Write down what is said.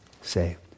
saved